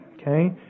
Okay